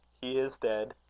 he is dead,